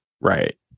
right